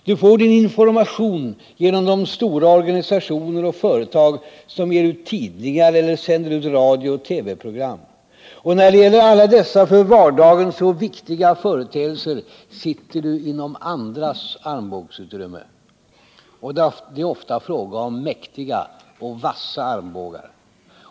Du får din information genom de stora organisationer och företag som ger ut tidningar eller sänder ut radiooch TV-program. Och när det gäller alla dessa för vardagen så viktiga företeelser sitter du inom andras armbågsutrymme. Och det är ofta fråga om mäktiga och vassa armbågar.